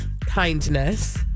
kindness